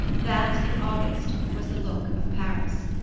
that, in august, was the look of paris.